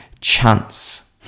chance